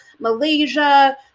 Malaysia